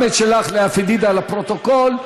גם את שלך, לאה פדידה, לפרוטוקול.